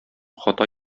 хата